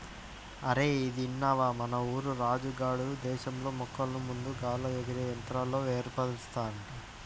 అరేయ్ ఇదిన్నవా, మన ఊరు రాజు గాడున్న దేశంలో మొక్కలకు మందు గాల్లో ఎగిరే యంత్రంతో ఏస్తారంట